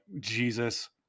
Jesus